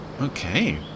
Okay